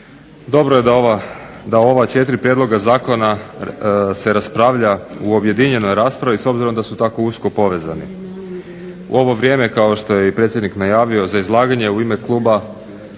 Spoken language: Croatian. Dobro je da ova četiri prijedloga zakona se raspravlja u objedinjenoj raspravi s obzirom da su tako usko povezani. U ovo vrijeme kao što je i predsjednik najavio za izlaganje u ime kluba